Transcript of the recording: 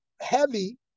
heavy